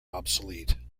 obsolete